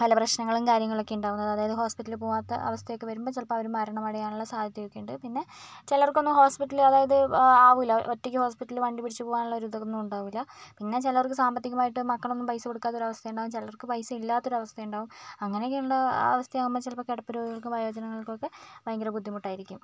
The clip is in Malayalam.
പല പ്രശ്നങ്ങളും കാര്യങ്ങളും ഒക്കെ ഉണ്ടാകുന്നത് അതായത് ഹോസ്പിറ്റലിൽ പോകാത്ത ഒരു അവസ്ഥ വരുമ്പോൾ ചിലപ്പോൾ അവർ മരണം അടയാൻ ഉള്ള സാധ്യത ഒക്കെ ഉണ്ട് പിന്നെ ചിലർക്ക് ഒന്നും ഹോസ്പിറ്റൽ അതായത് ആവൂല ഒറ്റക്ക് ഹോസ്പിറ്റലിൽ വണ്ടി പിടിച്ച് പോകാൻ ഉള്ള ഒരു ഇത് ഒന്നും ഉണ്ടാകൂലാ പിന്നെ ചിലർക്ക് സാമ്പത്തികമായിട്ട് മക്കൾ ഒന്നും പൈസ കൊടുക്കാത്ത ഒരു അവസ്ഥയുണ്ടാകും ചിലർക്ക് പൈസ ഇല്ലാത്തൊരവസ്ഥയുണ്ടാവും അങ്ങനെ ഒക്കെ ഉള്ള അവസ്ഥ ആകുമ്പോൾ ചിലപ്പോൾ കിടപ്പ് രോഗികൾക്കും വയോജനങ്ങൾക്ക് ഒക്കെ ഭയങ്കര ബുദ്ധിമുട്ടായിരിക്കും